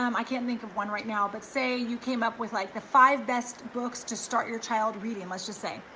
um i can't think of one right now, but say you came up with like the five best books to start your child reading and let's just say,